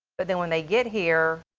but then when they get here,